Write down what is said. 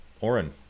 Oren